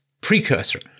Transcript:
precursor